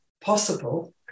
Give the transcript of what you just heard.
possible